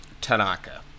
Tanaka